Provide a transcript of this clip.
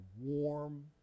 warm